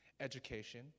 education